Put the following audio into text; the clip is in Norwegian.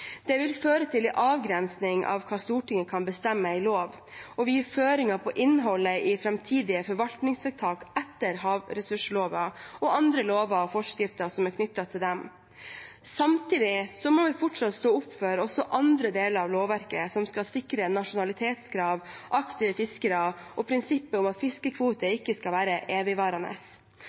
Det vil føre til en avgrensning av hva Stortinget kan bestemme i lov, og vil gi føringer for innholdet i framtidige forvaltningsvedtak etter havressursloven og andre lover og forskrifter som er knyttet til den. Samtidig må vi fortsatt stå opp for også andre deler av lovverket som skal sikre nasjonalitetskrav, aktive fiskere og prinsippet om at fiskekvoter ikke skal være evigvarende.